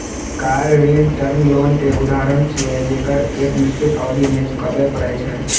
car ऋण term loan के उदाहरण छियै, जेकरा एक निश्चित अवधि मे चुकबै पड़ै छै